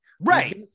Right